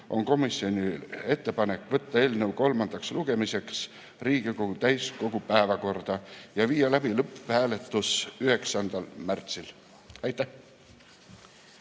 on komisjoni ettepanek võtta eelnõu kolmandaks lugemiseks Riigikogu täiskogu päevakorda ja viia läbi lõpphääletus 9. märtsil. Aitäh!